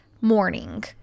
morning